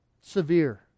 Severe